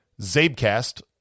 Zabcast